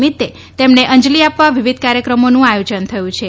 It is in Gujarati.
નિમિત્તે તેમને અંજલી આપવા વિવિધ કાર્યક્રમોનું આયોજન થયું છે